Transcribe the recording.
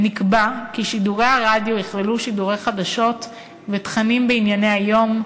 ונקבע כי שידורי הרדיו יכללו שידורי חדשות ותכנים בענייני היום,